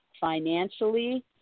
financially